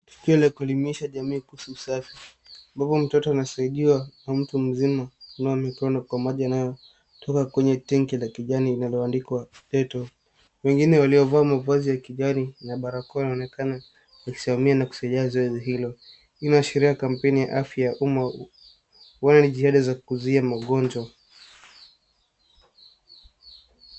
Tukio la kuelimisha jamii kuhusu usafi ambapo mtoto anasaidiwa na mtu mzima kunawa mikono kwa maji yanayotoka kwenye tenki la kijani lililoandikwa dettol. Wengine waliovaa mavazi ya kijani na barakoa wanaonekana wakisimamia na kusaidia zoezi hilo. Hii inaashiria kampeni ya afya ya umaa, huenda ni jihada za kuzuia maugonjwa.